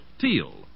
teal